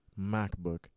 MacBook